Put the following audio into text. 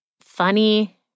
funny